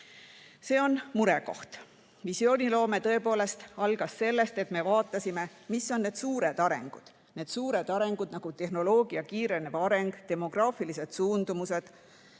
See on murekoht. Visiooniloome algas sellest, et me vaatasime, mis on suured arengud. Need suured arengud, nagu tehnoloogia kiirenev areng, demograafilised suundumused,